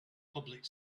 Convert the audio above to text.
public